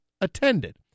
attended